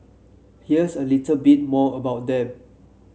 here's a little bit more about them